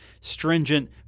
stringent